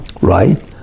right